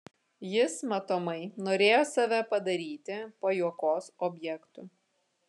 jis matomai norėjo save padaryti pajuokos objektu